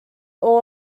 all